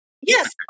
Yes